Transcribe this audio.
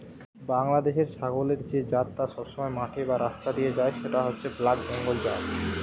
বাংলাদেশের ছাগলের যে জাতটা সবসময় মাঠে বা রাস্তা দিয়ে যায় সেটা হচ্ছে ব্ল্যাক বেঙ্গল জাত